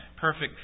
perfect